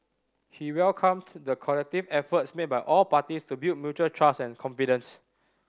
he welcomed the collective efforts made by all parties to build mutual trust and confidence